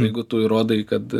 jeigu tu įrodai kad